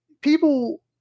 people